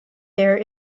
there